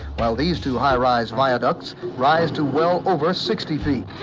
while these two high-rise viaducts rise to well over sixty feet.